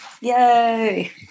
Yay